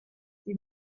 the